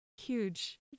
huge